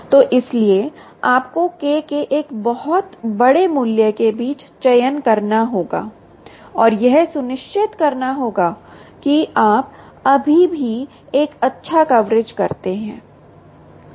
तो इसलिए आपको K के एक बहुत बड़े मूल्य के बीच चयन करना होगा और यह सुनिश्चित करना होगा कि आप अभी भी एक अच्छा कवरेज करते हैं ठीक है